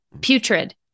Putrid